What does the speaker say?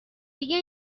دیگه